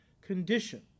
condition